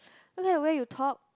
look at the way you talk